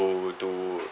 to to